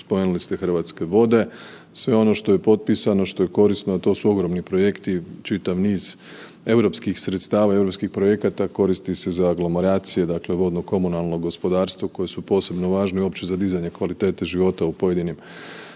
spomenuli ste Hrvatske vode, sve ono što je potpisano i što je korisno, a to su ogromni projekti čitav niz europskih sredstava i europskih projekata koristi se za aglomeracije dakle za vodno komunalno gospodarstvo koji su posebno važni uopće za dizanje kvalitete života u pojedinim